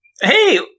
Hey